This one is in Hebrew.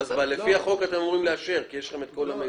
לפי החוק אתם אמורים לאשר, יש לכם את כל המידע.